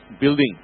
building